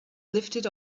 lifted